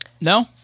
No